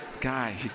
guy